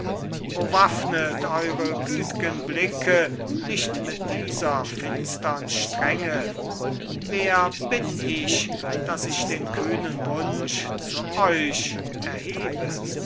waffnet eure güt'gen blicke nicht mit dieser finstern strenge wer bin ich dass ich den kühnen wunsch zu euch erhebe